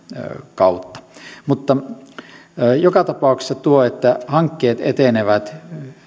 kautta joka tapauksessa siinä että hankkeet etenevät